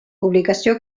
publicació